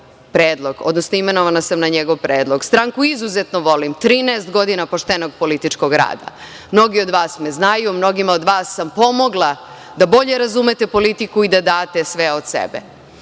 predlog, odnosno imenovana sam na njegov predlog. Stranku izuzetno volim, 13 godina poštenog političkog rada. Mnogi od vas me znaju. Mnogima od vas sam pomogla da bolje razumete politiku i da date sve od sebe. Mi